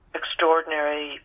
extraordinary